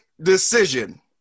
decision